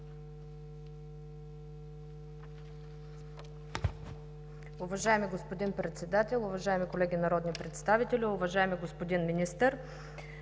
Уважаеми господин Председател, уважаеми колеги народни представители, уважаеми господин Министър!